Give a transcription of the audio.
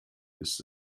ist